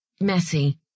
messy